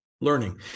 learning